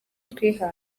twihaye